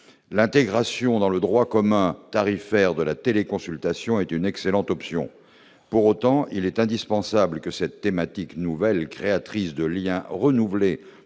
l'intégration dans le droit commun tarifaire de la téléconsultation est une excellente option pour autant il est indispensable que cette thématique nouvelle créatrice de lien renouvelé